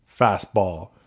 fastball